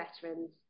veterans